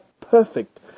perfect